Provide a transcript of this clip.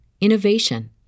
innovation